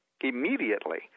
immediately